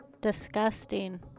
Disgusting